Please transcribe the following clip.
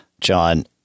John